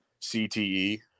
CTE